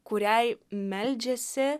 kuriai meldžiasi